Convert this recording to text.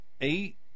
eight